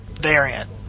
variant